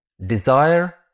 Desire